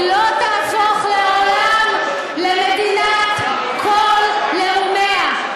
היא לא תהפוך לעולם למדינת כל לאומיה.